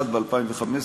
אחד ב-2015.